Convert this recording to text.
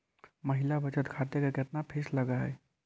महिला बचत खाते के केतना फीस लगअ हई